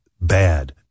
bad